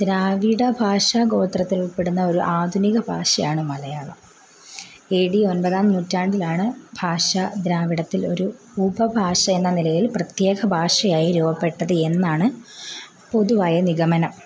ദ്രാവിഡ ഭാഷാ ഗോത്രത്തിൽപ്പെടുന്ന ഒരു ആധുനിക ഭാഷയാണ് മലയാളം എ ഡി ഒമ്പതാം നൂറ്റാണ്ടിലാണ് ഭാഷാ ദ്രാവിഡത്തിലൊരു ഉപഭാഷ എന്ന നിലയിൽ പ്രത്യേക ഭാഷയായി രൂപപ്പെട്ടത് എന്നാണ് പൊതുവായ നിഗമനം